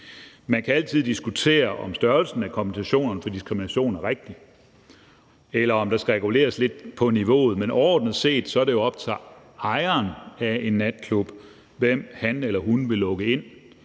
Man kan altid diskutere, om størrelsen på kompensation for diskrimination er den rigtige, eller om niveauet skal reguleres. Men overordnet set er det jo op til ejeren af en natklub, hvem han eller hun vil lukke ind.